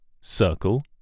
Circle